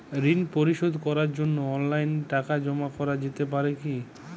ঋন পরিশোধ করার জন্য অনলাইন টাকা জমা করা যেতে পারে কি?